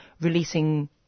releasing